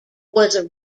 was